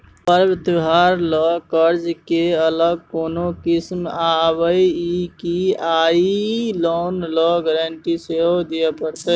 पर्व त्योहार ल कर्ज के अलग कोनो स्कीम आबै इ की आ इ लोन ल गारंटी सेहो दिए परतै?